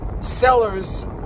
sellers